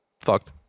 fucked